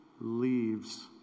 leaves